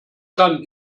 kann